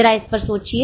जरा इस पर सोचिए